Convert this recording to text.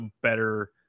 better